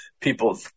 people